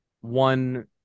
one